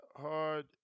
hard